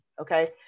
okay